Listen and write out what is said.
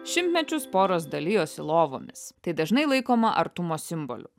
šimtmečius poros dalijosi lovomis tai dažnai laikoma artumo simboliu